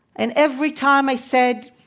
and every time i said,